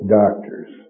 doctors